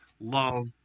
love